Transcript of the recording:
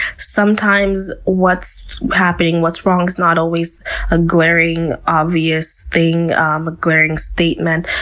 sometimes what's happening, what's wrong, is not always a glaring, obvious thing, um a glaring statement.